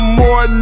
more